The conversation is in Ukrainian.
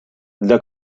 для